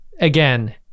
again